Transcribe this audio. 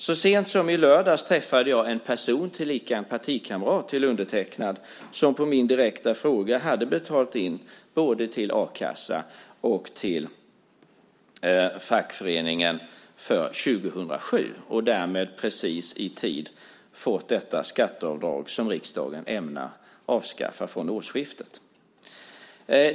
Så sent som i lördags träffade jag en partikamrat som på min direkta fråga svarade att han hade betalat in både till a-kassa och till fackförening för 2007 och därmed precis i tid fått det skatteavdrag som riksdagen ämnar avskaffa från årsskiftet.